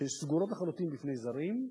שסגורות לחלוטין בפני זרים,